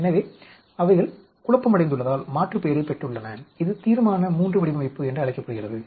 எனவே அவர்கள் குழப்பமடைந்துள்ளதால் மாற்றுப்பெயரை பெற்றுள்ளன இது தீர்மான III வடிவமைப்பு என்று அழைக்கப்படுகிறது